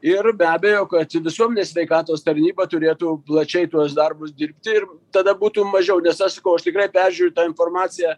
ir be abejo kad visuomenės sveikatos tarnyba turėtų plačiai tuos darbus dirbti ir tada būtų mažiau nes aš sakau aš tikrai peržiūriu tą informaciją